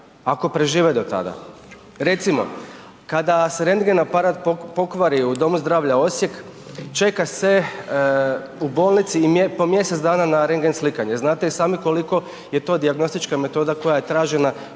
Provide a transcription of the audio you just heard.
ako prežive do tada. Recimo, kada se rendgen aparat pokvari u Domu zdravlja Osijek, čeka se u bolnici po mjesec dana na rendgen slikanje, znate i sami koliko je to dijagnostička metoda koja je tražena,